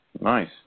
Nice